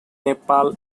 nepal